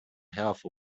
half